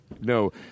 No